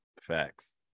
Facts